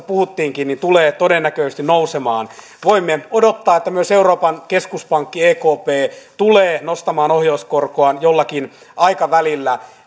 puhuttiinkin tulee todennäköisesti nousemaan voimme odottaa että myös euroopan keskuspankki ekp tulee nostamaan ohjauskorkoaan jollakin aikavälillä